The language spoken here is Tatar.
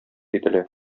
ителә